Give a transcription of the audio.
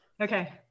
Okay